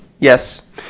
yes